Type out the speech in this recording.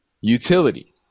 utility